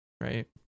right